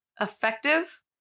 Effective